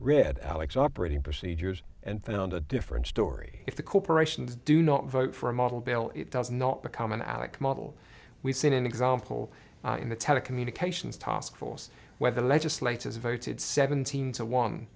rid alex operating procedures and found a different story if the corporations do not vote for a model bill it does not become an alec model we've seen an example in the telecommunications taskforce where the legislators voted seventeen to one